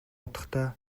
утгатай